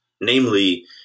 namely